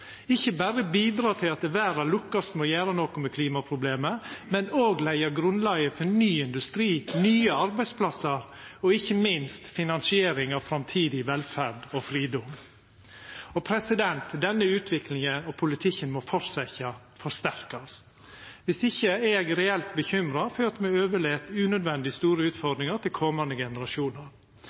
ikkje berre bidra til at verda lukkast i å gjera noko med klimaproblemet, men òg leggja grunnlaget for ny industri, nye arbeidsplassar og ikkje minst finansiering av framtidig velferd og fridom. Denne utviklinga og politikken må fortsetja og forsterkast, viss ikkje er eg reelt bekymra for at me overlèt unødvendig store utfordringar til komande generasjonar.